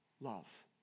love